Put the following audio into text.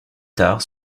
tard